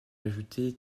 ajoutés